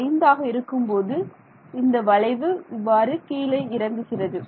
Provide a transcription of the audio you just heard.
5 ஆக இருக்கும்போது இந்த வளைவு இவ்வாறு கீழே இறங்குகிறது